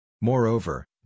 Moreover